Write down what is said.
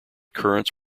currents